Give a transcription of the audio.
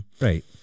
right